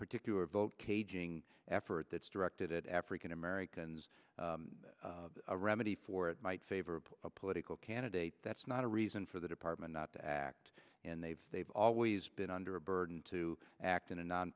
particular vote caging effort that's directed at african americans a remedy for it might favor a political candidate that's not a reason for the department not to act and they've they've always been under a burden to act in a non